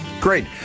Great